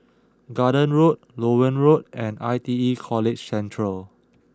Garden Road Loewen Road and I T E College Central